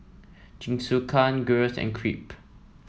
Jingisukan Gyros and Crepe